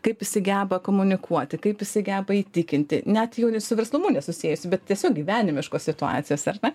kaip jisai geba komunikuoti kaip jisai geba įtikinti net jau su verslumu nesusijusi bet tiesiog gyvenimiškos situacijos ar ne